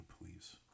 please